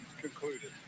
concluded